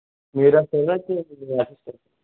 మీరే వస్తారా లేకపోతే మీ అసిస్టెంట్